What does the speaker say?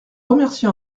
remercie